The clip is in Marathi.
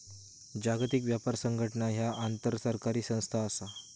जागतिक व्यापार संघटना ह्या एक आंतरसरकारी संस्था असा